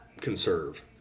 conserve